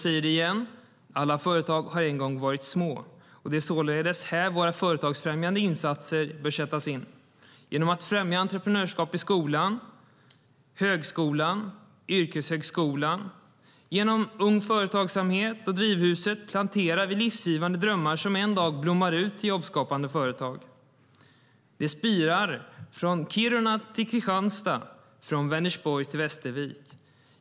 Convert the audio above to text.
Jag säger det igen: Alla företag har en gång varit små. Det är således där våra företagsfrämjande insatser bör sättas in. Genom att främja entreprenörskap i skolan, högskolan och yrkeshögskolan och genom Ung Företagsamhet och Drivhuset planterar vi livgivande drömmar som en dag blommar ut i jobbskapande företag. Det spirar från Kiruna till Kristianstad och från Vänersborg till Västervik.